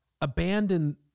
abandon